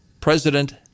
president